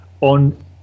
on